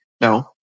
No